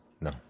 No